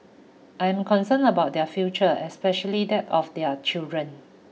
I am concerned about their future especially that of their children